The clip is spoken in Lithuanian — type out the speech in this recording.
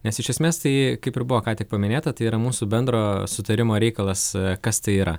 nes iš esmės tai kaip ir buvo ką tik paminėta tai yra mūsų bendro sutarimo reikalas kas tai yra